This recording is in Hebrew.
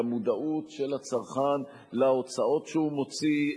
המודעות של הצרכן להוצאות שהוא מוציא,